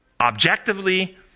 objectively